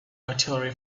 artillery